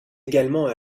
également